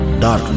Darkness